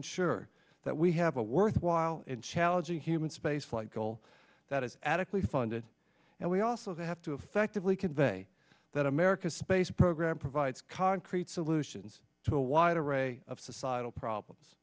ensure that we have a worthwhile and challenging human spaceflight goal that is adequately funded and we also have to effectively convey that america's space program provides concrete solutions to a wide array of societal problems